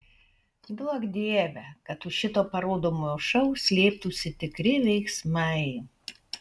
duok dieve kad už šito parodomojo šou slėptųsi tikri veiksmai